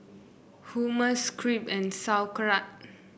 Hummus Crepe and Sauerkraut